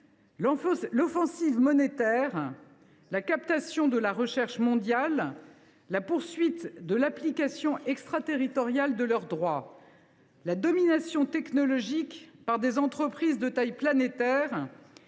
l’offensive monétaire, la captation de la recherche mondiale, la poursuite de l’application extraterritoriale de leur droit, la domination technologique par des entreprises de taille planétaire